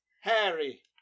Harry